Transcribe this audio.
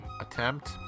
attempt